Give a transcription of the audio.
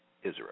Israel